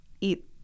eat